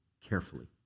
carefully